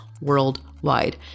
worldwide